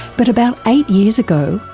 but about eight years ago,